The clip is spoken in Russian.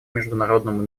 международному